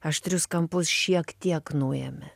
aštrius kampus šiek tiek nuėmė